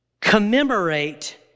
commemorate